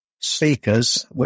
speakers